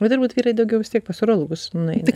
bet turbūt vyrai daugiau vis tiek pas urologus nueina